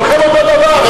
כולכם אותו דבר.